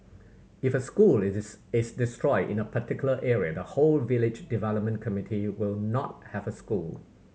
if a school is destroyed in a particular area the whole village development committee will not have a school